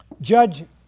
judge